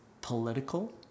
political